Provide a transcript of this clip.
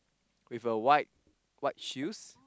with a white white shoes